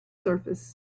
surface